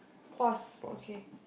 pause okay